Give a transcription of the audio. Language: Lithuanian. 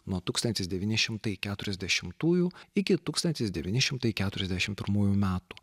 nuo tūkstantis devyni šimtai keturiasdešimtųjų iki tūkstantis devyni šimtai keturiasdešimt pirmųjų metų